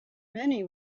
many